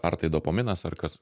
ar tai dopaminas ar kas